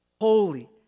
holy